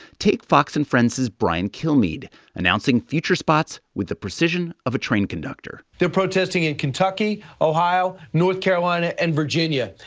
take fox and friends' brian kilmeade announcing future spots with the precision of a train conductor they're protesting in kentucky, ohio, north carolina and virginia.